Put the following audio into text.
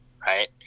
Right